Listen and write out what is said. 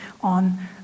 on